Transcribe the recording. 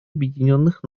объединенных